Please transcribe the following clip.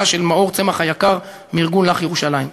של מאור צמח היקר מארגון "לך ירושלים".